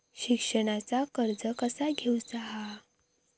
शिक्षणाचा कर्ज कसा घेऊचा हा?